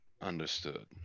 Understood